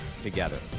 together